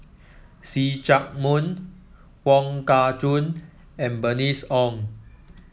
See Chak Mun Wong Kah Chun and Bernice Ong